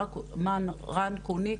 רן קוניק,